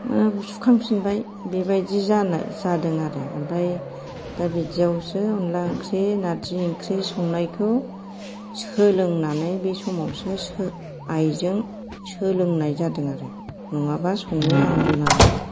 हाब सुखांफिनबाय बेबायदि जानो जादों आरो ओमफ्राय दा बिदियावसो अनला ओंख्रि नार्जि ओंख्रि संनायखौ सोलोंनानै बे समावसो आइजों सोलोंनाय जादों आरो नङाबा संनो आं रोङामोन